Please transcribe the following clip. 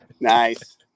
Nice